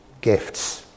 gifts